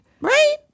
Right